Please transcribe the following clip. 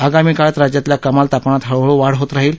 आगामी काळात राज्यातल्या कमाल तापमानात हळूहळू वाढ होत राहील